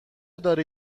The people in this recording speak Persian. داری